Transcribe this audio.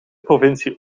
provincie